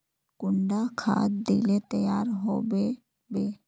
कुंडा खाद दिले तैयार होबे बे?